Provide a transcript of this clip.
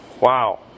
wow